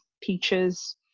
peaches